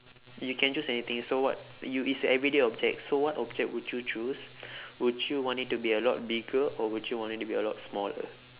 you can choose anything so what you is everyday object so what object would you choose would you want it to be a lot bigger or would you want it to be a lot smaller